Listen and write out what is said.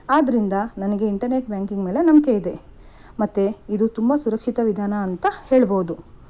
ಆದ್ದರಿಂದ ನನಗೆ internet banking ಮೇಲೆ ನಂಬಿಕೆ ಇದೆ ಮತ್ತು ಇದು ತುಂಬ ಸುರಕ್ಷಿತ ವಿಧಾನ ಅಂತ ಹೇಳ್ಬೌದು